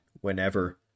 whenever